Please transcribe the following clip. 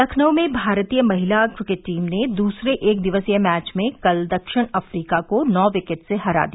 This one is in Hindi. लखनऊ में भारतीय महिला क्रिकेट टीम ने दूसरे एक दिवसीय मैच में कल दक्षिण अफ्रीका को नौ विकेट से हरा दिया